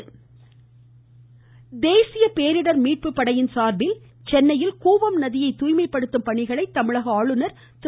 மமமமம பன்வாரிலால் புரோஹித் தேசிய பேரிடர் மீட்பு படையின் சார்பில் சென்னையில் கூவம் நதியை தூய்மைப் படுத்தும் பணிகளை தமிழக ஆளுநர் திரு